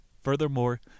Furthermore